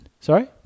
Sorry